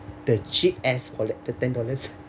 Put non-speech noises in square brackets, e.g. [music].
the cheap ass wallet the ten dollars [laughs]